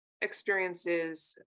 experiences